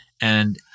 and-